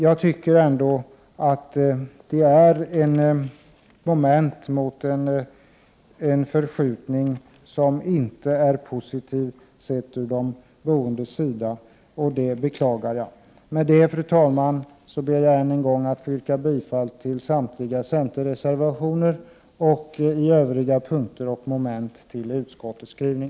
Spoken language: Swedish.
Jag tycker att det är ett moment i en förskjutning som inte är positiv ur de boendes synpunkt, och det beklagar jag. Med det anförda, fru talman, ber jag än en gång att få yrka bifall till samtliga centerreservationer, och i övriga punkter och moment till utskottets hemställan.